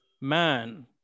man